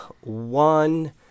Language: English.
one